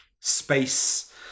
space